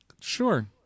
Sure